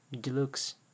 Deluxe